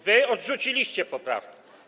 Wy odrzuciliście poprawki.